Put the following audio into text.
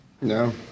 No